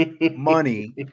money